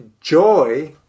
joy